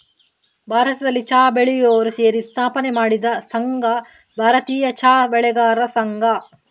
ಭಾರತದಲ್ಲಿ ಚಾ ಬೆಳೆಯುವವರು ಸೇರಿ ಸ್ಥಾಪನೆ ಮಾಡಿದ ಸಂಘ ಭಾರತೀಯ ಚಾ ಬೆಳೆಗಾರರ ಸಂಘ